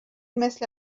مثل